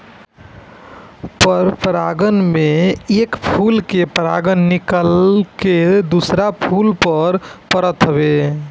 परपरागण में एक फूल के परागण निकल के दुसरका फूल पर परत हवे